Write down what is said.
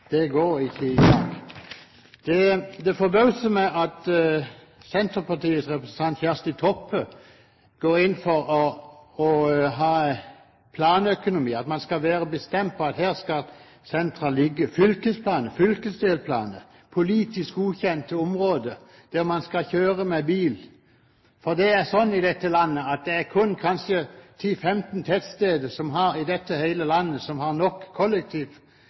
Det går ikke. Det forbauser meg at Senterpartiets representant Kjersti Toppe går inn for en planøkonomi – at man skal være bestemt på at her skal sentrene ligge – og fylkesplaner, fylkesdelplaner, politisk godkjente områder der man skal kjøre med bil, for det er slik i dette landet at det kanskje kun er 10–15 tettsteder i hele dette landet som har